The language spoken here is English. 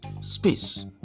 space